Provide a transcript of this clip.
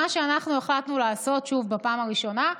מה שאנחנו החלטנו לעשות, שוב, בפעם הראשונה,